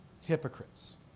hypocrites